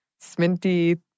sminty